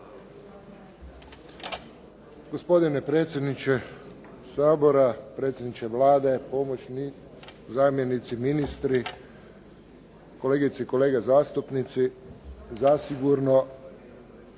Gospodine predsjedniče Sabora, predsjedniče Vlade, pomoćni zamjenici, ministri, kolegice i kolege zastupnici. Zasigurno